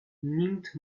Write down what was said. nimmt